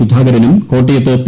സുധാകരനും കോട്ടയത്ത് പി